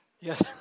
Yes